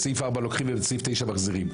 בסעיף 4 לוקחים, ובסעיף 9 מחזירים.